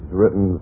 written